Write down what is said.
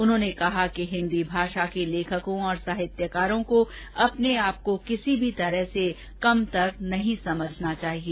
उन्होंने कहा कि हिन्दी भाषा के लेखकों और साहित्यकारों को अपने आप को किसी भी तरह से कमतर नहीं समझना चाहिए